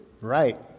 Right